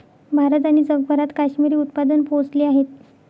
भारत आणि जगभरात काश्मिरी उत्पादन पोहोचले आहेत